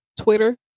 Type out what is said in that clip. Twitter